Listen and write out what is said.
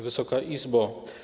Wysoka Izbo!